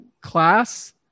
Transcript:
class